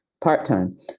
part-time